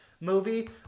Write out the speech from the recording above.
movie